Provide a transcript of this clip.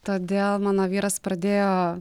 todėl mano vyras pradėjo